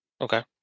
Okay